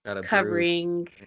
covering